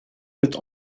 with